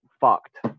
fucked